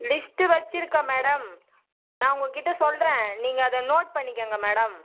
list வச்சுருக்கேன் madam நான் உங்கள் கிட்டே சொல்கிறேன் நீங்கள் அதை நோட் பண்ணிக்கங்க மேடம்